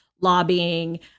lobbying